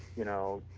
you know,